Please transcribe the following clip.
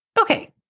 Okay